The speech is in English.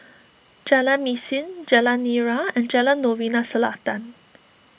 Jalan Mesin Jalan Nira and Jalan Novena Selatan